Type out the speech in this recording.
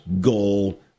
goal